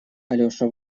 алеша